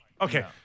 Okay